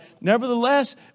nevertheless